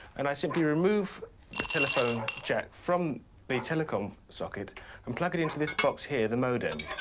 and i simply remove the telephone jet from the telecom socket and plug it into this box here the modem.